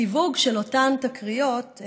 הסיווג של אותן תקריות,